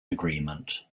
agreement